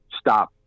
stop